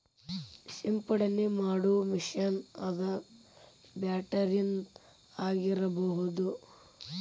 ಸಿಂಪಡನೆ ಮಾಡು ಮಿಷನ್ ಅದ ಬ್ಯಾಟರಿದ ಆಗಿರಬಹುದ